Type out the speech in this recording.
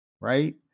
Right